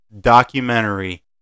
documentary